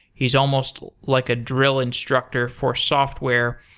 he's almost like a drill instructor for software.